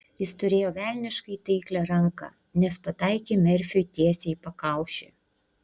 jis turėjo velniškai taiklią ranką nes pataikė merfiui tiesiai į pakaušį